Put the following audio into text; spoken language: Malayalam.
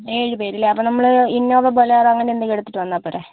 ഏഴ് പേരല്ലേ അപ്പോൾ നമ്മൾ ഇന്നോവ ബൊലേറോ അങ്ങനെ എന്തേലും എടുത്തിട്ട് വന്നാൽ പോരേ